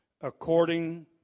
according